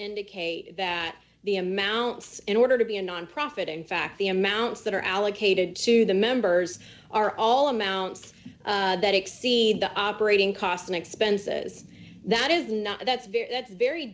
indicate that the amounts in order to be a nonprofit in fact the amounts that are allocated to the members are all amounts that exceed the operating costs and expenses that is not that's very